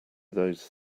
those